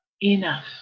enough